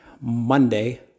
Monday